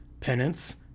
penance